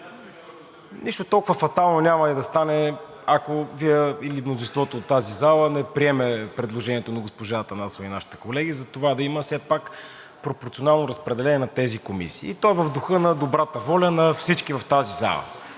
Нищо толкова фатално няма и да стане, ако Вие или мнозинството от тази зала не приеме предложението на госпожа Атанасова и нашите колеги за това да има все пак пропорционално разпределение на тези комисии, и то в духа на добрата воля на всички в тази зала.